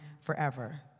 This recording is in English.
forever